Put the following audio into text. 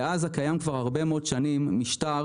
בעזה קיים כבר הרבה מאוד שנים משטר,